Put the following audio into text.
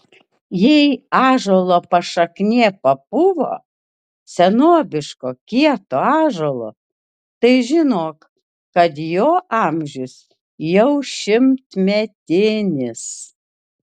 jei ąžuolo pašaknė papuvo senobiško kieto ąžuolo tai žinok kad jo amžius jau šimtmetinis